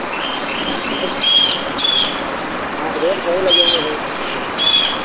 अच्छा हाँ तो रेट सही लगेंगे भाई